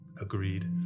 Agreed